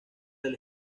del